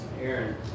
Aaron